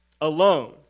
alone